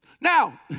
Now